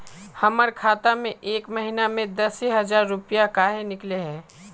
हमर खाता में एक महीना में दसे हजार रुपया काहे निकले है?